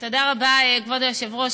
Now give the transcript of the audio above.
תודה רבה, כבוד היושב-ראש.